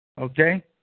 Okay